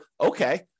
okay